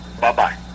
Bye-bye